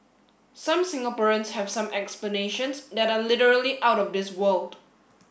some Singaporeans have some explanations that are literally out of this world